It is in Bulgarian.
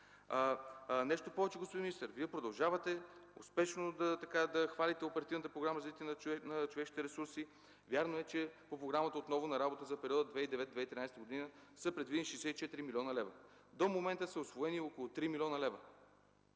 Нещо повече, господин министър, Вие продължавате успешно да хвалите Оперативната програма „Развитие на човешките ресурси”. Вярно е, че по програмата „Отново на работа” в периода 2009 - 2013 г. са предвидени 64 млн. лв. До момента са усвоени около 3 млн. лв.